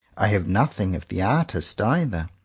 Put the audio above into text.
i have nothing of the artist either.